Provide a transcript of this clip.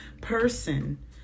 person